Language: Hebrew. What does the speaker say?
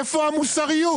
איפה המוסריות?